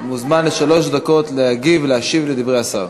מוזמן לשלוש דקות להגיב ולהשיב לדברי השר.